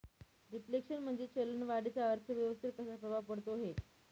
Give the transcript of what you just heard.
Reflation म्हणजे चलन वाढीचा अर्थव्यवस्थेवर कसा प्रभाव पडतो है?